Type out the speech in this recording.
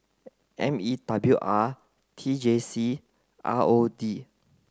M E W R T J C and R O D